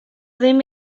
ddim